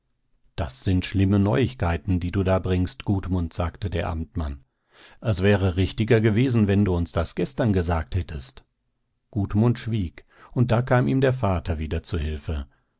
das sind schlimme neuigkeiten die du da bringst gudmund sagte der amtmann es wäre richtiger gewesen wenn du uns das gestern gesagt hättest gudmund schwieg und da kam ihm der vater wieder zu hilfe